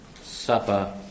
supper